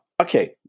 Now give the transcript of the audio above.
Okay